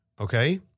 okay